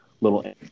little